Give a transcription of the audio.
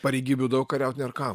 pareigybių daug kariaut nėra kam